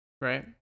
right